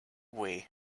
way